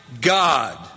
God